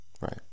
Right